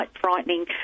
frightening